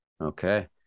Okay